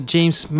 James